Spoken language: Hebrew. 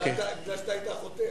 כי אתה היית החוטף.